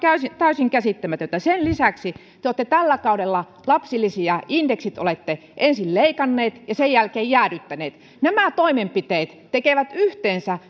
täysin käsittämätöntä sen lisäksi te olette tällä kaudella lapsilisien indeksit ensin leikanneet ja sen jälkeen jäädyttäneet nämä toimenpiteet tekevät yhteensä